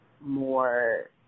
more